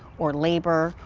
or labor,